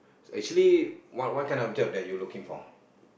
actually what what kind of job you looking for